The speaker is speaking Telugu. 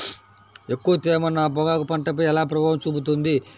ఎక్కువ తేమ నా పొగాకు పంటపై ఎలా ప్రభావం చూపుతుంది?